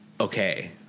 okay